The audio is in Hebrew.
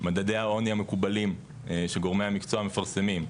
מדדי העוני המקובלים שגורמי המקצוע מפרסמים,